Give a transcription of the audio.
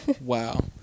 Wow